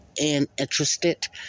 interested